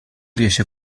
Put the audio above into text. riesce